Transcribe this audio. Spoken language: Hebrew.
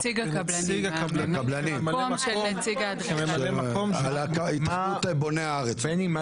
נציג הקבלנים כממלא מקום --- על התאחדות בוני הארץ.